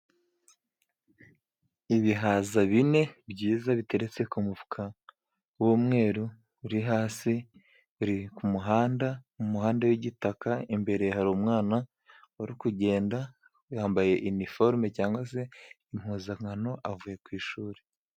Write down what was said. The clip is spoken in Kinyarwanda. Ibihaza bine byiza biteretse ku mufuka w'umweru uri hasi uri ku muhanda, umuhanda w'igitaka . Imbere hari umwana uri kugenda yambaye iniforume cyangwa se impuzangano ,avuye ku ishuri.